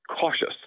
cautious